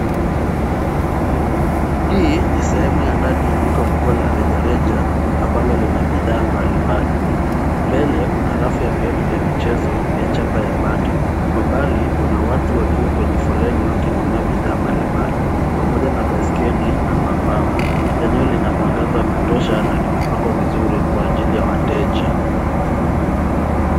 Hii ni sehemu ya ndani ya duka kubwa la rejareja ambalo lina bidhaa mbalimbali. Mbele kuna rafu ya viatu vya michezo vya chapa ya Bata. Kwa mbali kuna watu wakiwa kwenye foleni wakinunua bidhaa mbalimbali pamoja na baiskeli na mapambo. Eneo lina mwangaza wa kutosha na limepangwa vizuri kwa ajili ya wateja.